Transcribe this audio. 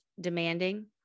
demanding